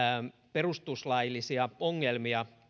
perustuslaillisia ongelmia